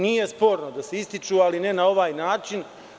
Nije sporno da se ističu, ali ne na ovaj način.